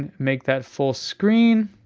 and make that full screen.